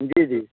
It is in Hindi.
जी जी